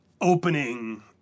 opening